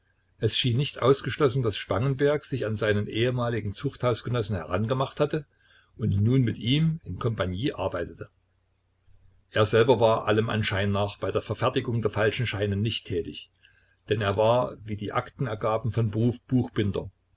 es schien nicht ausgeschlossen daß spangenberg sich an seinem ehemaligen zuchthausgenossen herangemacht hatte und nun mit ihm in kompagnie arbeitete er selber war allem anschein nach bei der verfertigung der falschen scheine nicht tätig denn er war wie die akten ergaben von beruf buchbinder